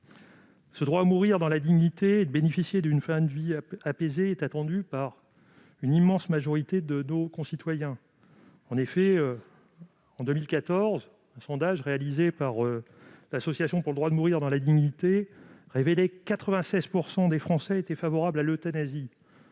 Le droit à mourir dans la dignité et à bénéficier d'une fin de vie apaisée est attendu par une immense majorité de nos concitoyens. En effet, en 2014, un sondage réalisé par l'Association pour le droit de mourir dans la dignité révélait que 96 % des Français étaient favorables à l'euthanasie.